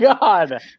God